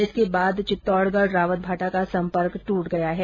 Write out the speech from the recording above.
इसके बाद चित्तौडगढ़ रावतभाटा का संपर्क दूट गया है